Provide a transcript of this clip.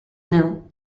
nil